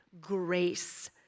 grace